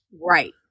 Right